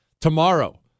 tomorrow